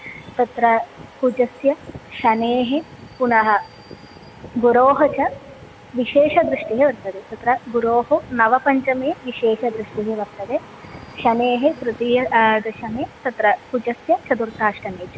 तत्र कुजस्य शनेः पुनः गुरोः च विशेषदृष्टिः वर्तते तत्र गुरोः नवपञ्चमे विशेषदृष्टिः वर्तते शनेः तृतीय दशमे तत्र कुजस्य चतुर्थाष्टमे च